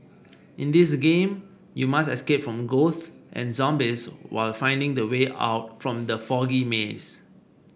in this game you must escape from ghosts and zombies while finding the way out from the foggy maze